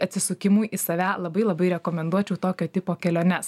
atsisukimu į save labai labai rekomenduočiau tokio tipo keliones